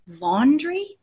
laundry